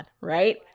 right